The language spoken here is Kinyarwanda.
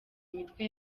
mitwe